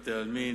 בתי-עלמין,